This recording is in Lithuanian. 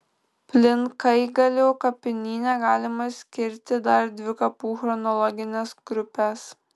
plinkaigalio kapinyne galima skirti dar dvi kapų chronologines grupes